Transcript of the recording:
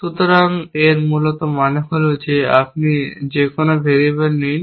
সুতরাং এর মূলত মানে হল যে আপনি যেকোনো ভেরিয়েবল নিন